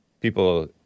People-